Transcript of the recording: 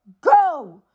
Go